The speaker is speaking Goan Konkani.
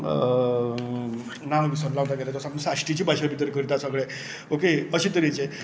नांव विसरलों हांव तागेलें तो सामको साश्टीच्या भाशे भितर करता सगळें ओके अशें तरेचें